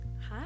hi